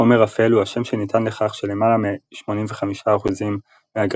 חומר אפל הוא השם שניתן לכך שלמעלה מ-85% מהגרביטציה